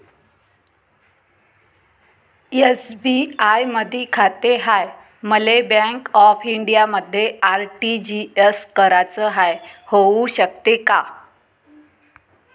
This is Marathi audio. एस.बी.आय मधी खाते हाय, मले बँक ऑफ इंडियामध्ये आर.टी.जी.एस कराच हाय, होऊ शकते का?